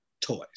toys